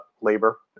labor